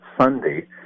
Sunday